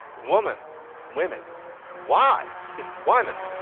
woman women why why women.